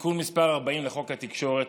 תיקון מס' 40 לחוק התקשורת.